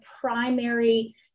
primary